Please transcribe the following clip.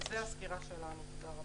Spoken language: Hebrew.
זו הסקירה שלנו, תודה רבה.